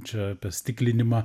čia apie stiklinimą